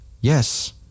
Yes